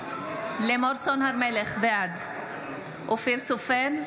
בעד אופיר סופר,